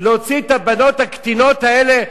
להוציא את הבנות הקטינות האלה,